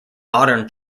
modern